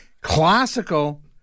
classical